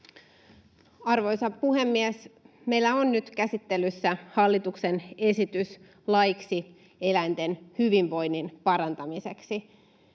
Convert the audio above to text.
Arvoisa puhemies! Meillä on nyt käsittelyssä hallituksen esitys laiksi eläinten hyvinvoinnin parantamiseksi.